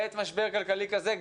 בעת משבר כלכלי כזה,